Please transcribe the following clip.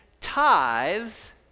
tithes